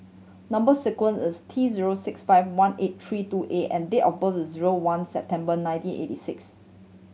number sequence is T zero six five one eight three two A and date of birth is zero one September nineteen eighty six